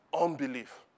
unbelief